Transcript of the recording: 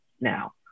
now